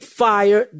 fire